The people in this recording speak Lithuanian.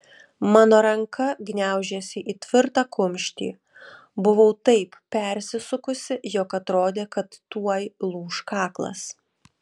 mano ranka gniaužėsi į tvirtą kumštį buvau taip persisukusi jog atrodė kad tuoj lūš kaklas